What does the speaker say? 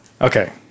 Okay